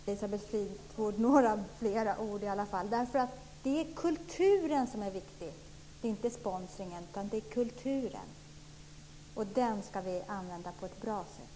Herr talman! Jag ger gärna Elisabeth Fleetwood några fler ord, för det är kulturen som är viktig. Det är inte sponsringen, utan det är kulturen. Den ska vi använda på ett bra sätt.